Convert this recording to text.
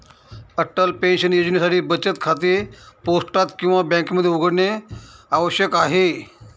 Atal pension योजनेसाठी बचत bank खाते पोस्टात किंवा बँकेमध्ये उघडणे आवश्यक आहे